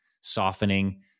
softening